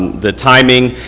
the timing,